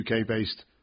UK-based